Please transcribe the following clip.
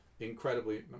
Incredibly